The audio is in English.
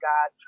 God